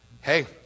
Hey